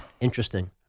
Interesting